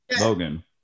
Logan